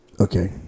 Okay